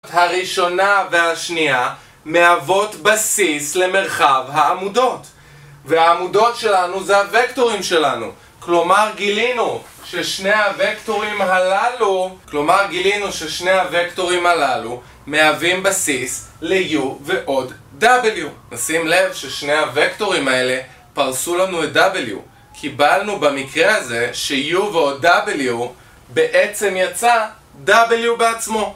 הראשונה והשנייה מהוות בסיס למרחב העמודות והעמודות שלנו זה הוקטורים שלנו כלומר גילינו ששני הוקטורים הללו מהווים בסיס ל-U ועוד W נשים לב ששני הוקטורים האלה פרסו לנו את W קיבלנו במקרה הזה ש-U ועוד W בעצם יצא W בעצמו